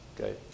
Okay